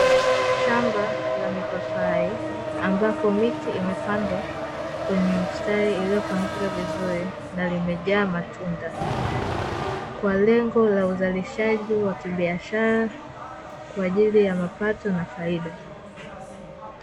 Shamba la mipapai ambapo miti imepandwa kwenye mstari iliyopangika vizuri na limejaa matunda, kwa lengo la uzalishaji wa kibiashara kwa ajili ya mapato na faida.